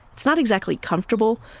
it's not exactly comfortable,